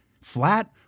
Flat